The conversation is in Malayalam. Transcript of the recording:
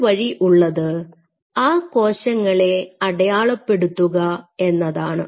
ഒരു വഴി ഉള്ളത് ആ കോശങ്ങളെ അടയാളപ്പെടുത്തുക എന്നതാണ്